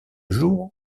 jour